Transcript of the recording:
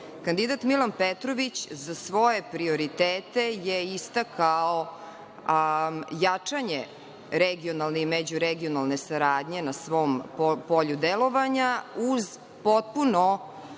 Kandidat Milan Petrović za svoje prioritete je istakao jačanje regionalne i međuregionalne saradnje na svom polju delovanja, uz potpuno